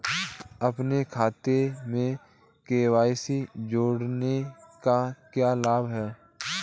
अपने खाते में के.वाई.सी जोड़ने का क्या लाभ है?